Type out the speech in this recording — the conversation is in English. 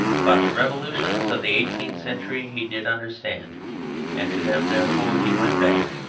but the revolutions of the eighteenth century he did understand and to them therefore he went back,